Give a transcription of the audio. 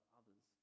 others